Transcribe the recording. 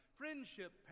friendship